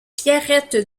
pierrette